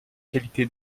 qualité